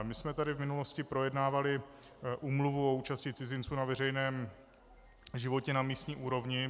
My jsme tady v minulosti projednávali úmluvu o účasti cizinců na veřejném životě na místní úrovni.